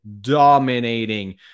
dominating